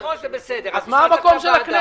ואני רוצה שהוא יטופל.